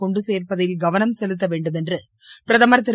கொண்டு சோ்ப்பதில் கவனம் செலுத்த வேண்டும் என்று பிரதமா் திரு